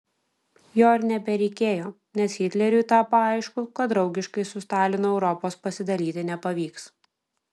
jo ir nebereikėjo nes hitleriui tapo aišku kad draugiškai su stalinu europos pasidalyti nepavyks